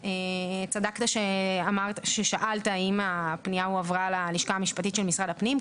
צדקת כששאלת האם הפנייה הועברה ללשכת המשפטית של משרד הפנים.